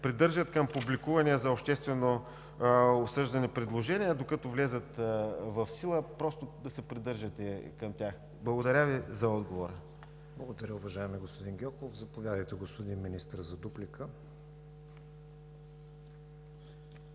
придържат към публикуваните за обществено обсъждане предложения, докато влязат в сила. Просто да се придържате към тях. Благодаря Ви за отговора. ПРЕДСЕДАТЕЛ КРИСТИАН ВИГЕНИН: Благодаря, уважаеми господин Гьоков. Заповядайте, господин Министър, за дуплика.